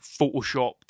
photoshopped